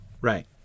Right